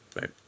Right